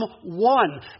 one